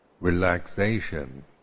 relaxation